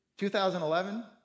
2011